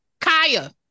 Kaya